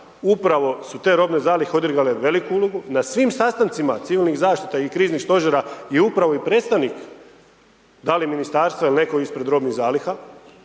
upravo su te robne zalihe odigrale veliku ulogu, na svim sastancima civilnih zaštita i kriznih stožera je upravo i predstavnik da li ministarstva ili netko ispred robnih zaliha